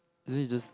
actually it just